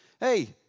hey